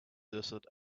desert